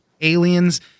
aliens